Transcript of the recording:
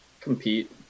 compete